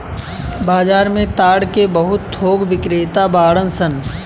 बाजार में ताड़ के बहुत थोक बिक्रेता बाड़न सन